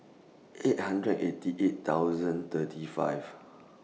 eight hundred eighty eight thousand thirty five